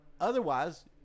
otherwise